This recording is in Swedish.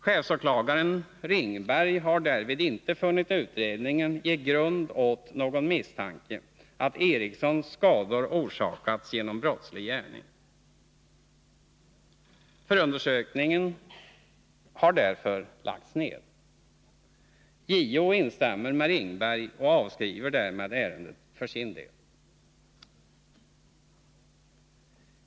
Chefsåklagaren Ringberg har därvid inte funnit utredningen ge grund för någon misstanke att Erikssons skador orsakats genom brottslig gärning. Förundersökningen har därför lagts ned. JO instämmer med Ringberg och avskriver därmed ärendet för sin del.